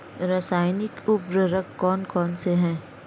रासायनिक उर्वरक कौन कौनसे हैं?